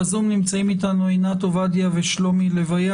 בזום נמצאים איתנו עינת עובדיה ממכון